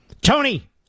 Tony